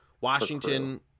Washington